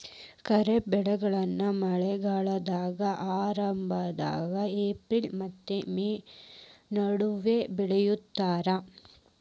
ಖಾರಿಫ್ ಬೆಳೆಗಳನ್ನ ಮಳೆಗಾಲದ ಆರಂಭದಾಗ ಏಪ್ರಿಲ್ ಮತ್ತ ಮೇ ನಡುವ ಬಿತ್ತತಾರ